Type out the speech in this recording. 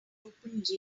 opengl